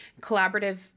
collaborative